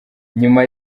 nyuma